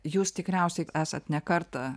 jūs tikriausiai esat ne kartą